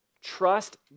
Trust